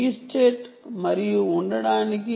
B state మరియు ఉండటానికి